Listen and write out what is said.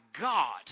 God